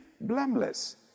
blameless